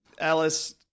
Alice